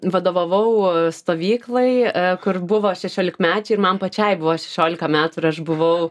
vadovavau stovyklai kur buvo šešiolikmečiai ir man pačiai buvo šešiolika metų ir aš buvau